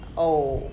oh